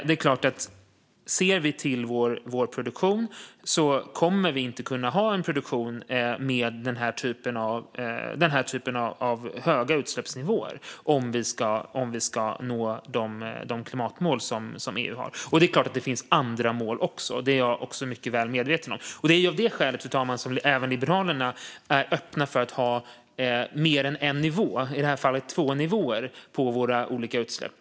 Vi kommer inte att kunna ha en produktion med den här typen av höga utsläppsnivåer om vi ska nå EU:s klimatmål. Det är klart att det också finns andra mål, och det är jag mycket väl medveten om. Det är av det skälet, fru talman, som även Liberalerna är öppna för att ha mer än en nivå, i det här fallet två nivåer, på våra olika utsläpp.